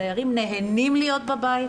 הדיירים נהנים להיות בבית,